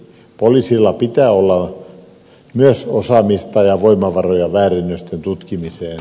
poliisilla pitää olla myös osaamista ja voimavaroja väärennösten tutkimiseen